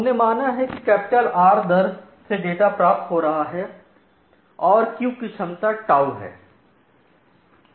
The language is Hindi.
हमने माना कि R दर से डेटा प्राप्त हो रहा है और क्यू की क्षमता τ टाउ है